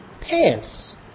pants